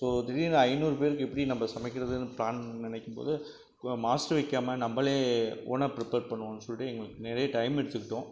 so திடீர்ன்னு ஐநூறு பேருக்கு எப்படி நம்ம சமைக்கிறதுன்னு பிளான் நினைக்கும்போது மாஸ்டர் வைக்காமல் நம்மளே ஓனாக பிரிப்பர் பண்ணுவோம்னு சொல்லிட்டு எங்களுக்கு நிறைய டைம் எடுத்துக்கிட்டோம்